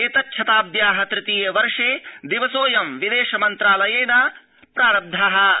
एतच्छताब्द्या तृतीये वर्षे दिवसोऽयं विदेश मन्त्रालयेन प्रतिष्ठापित